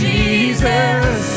Jesus